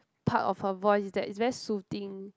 part of her voice that is very soothing